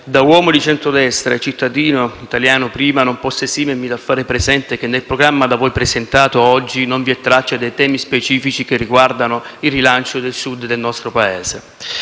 Da uomo di centrodestra e da cittadino italiano prima, non posso esimermi dal far presente che nel programma da voi presentato oggi non vi è traccia dei temi specifici che riguardano il rilancio del Sud del nostro Paese.